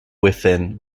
within